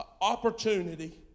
opportunity